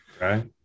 Right